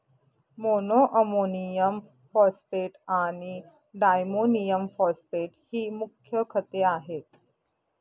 monoammonium phosphate आणि diammonium phosphate ही मुख्य खते आहेत